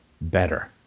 better